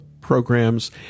programs